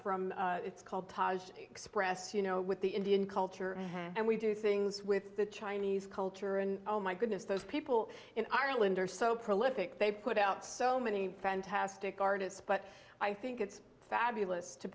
from it's called taj express you know with the indian culture and we do things with the chinese culture and oh my goodness those people in ireland are so prolific they put out so many fantastic artists but i think it's fabulous to